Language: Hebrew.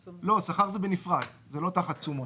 לא, שכר הוא בנפרד, הוא לא תחת תשומות.